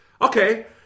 Okay